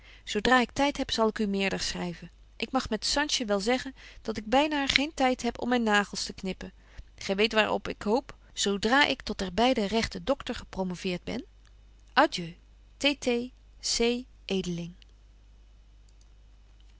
zo dra ik tyd heb zal ik u meerder schryven ik mag met sanche wel zeggen dat ik bynaar geen tyd heb om myn nagels te knippen gy weet waar op ik hoop zo dra ik tot der beide rechten doctor gepromoveert ben